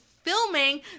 Filming